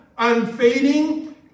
Unfading